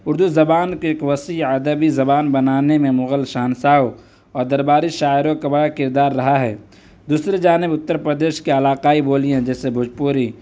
اردو زبان کی ایک وسیع ادبی زبان بنانے میں مغل شہنشاہوں اور درباری شاعروں کا بڑا کردار رہا ہے دوسری جانب اتّر پردیش کے علاقائی بولیاں جیسے بھوجپوری